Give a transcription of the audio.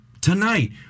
tonight